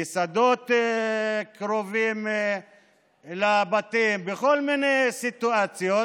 בשדות קרובים לבתים, בכל מיני סיטואציות,